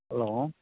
hello